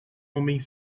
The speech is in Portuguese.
homem